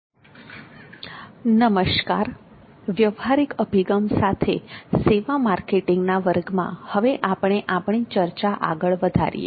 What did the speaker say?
નમસ્કાર વ્યવહારિક અભિગમ સાથે સેવા માર્કેટિંગના વર્ગમાં હવે આપણે આપણી ચર્ચા આગળ વધારીએ